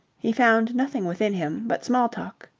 he found nothing within him but small-talk.